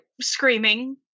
screaming